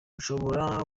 ushobora